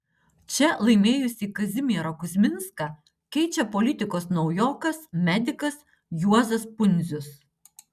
čia laimėjusį kazimierą kuzminską keičia politikos naujokas medikas juozas pundzius